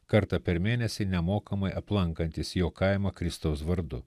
kartą per mėnesį nemokamai aplankantis jo kaimą kristaus vardu